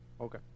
Okay